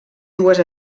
dues